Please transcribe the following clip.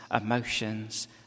emotions